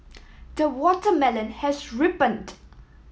the watermelon has ripened